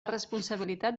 responsabilitat